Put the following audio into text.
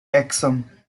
aksum